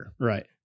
Right